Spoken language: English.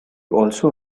also